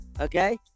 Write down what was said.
Okay